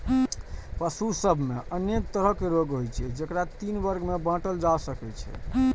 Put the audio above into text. पशु सभ मे अनेक तरहक रोग होइ छै, जेकरा तीन वर्ग मे बांटल जा सकै छै